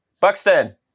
Buxton